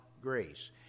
grace